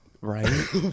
Right